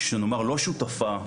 שלא שותפה בעניין,